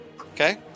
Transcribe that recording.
Okay